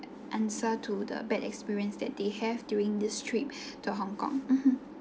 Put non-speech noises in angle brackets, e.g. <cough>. answer to the bad experience that they have during this trip <breath> to hong kong mmhmm